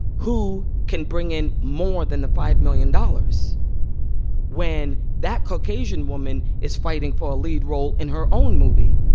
who can bring in more than the five million dollars when that caucasian woman is fighting for a lead role in her own movie?